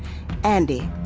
andi,